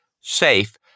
safe